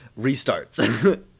restarts